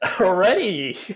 Already